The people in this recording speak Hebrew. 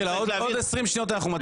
בעוד 20 שניות אנחנו מצביעים.